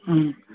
ಹ್ಞೂ